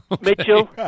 Mitchell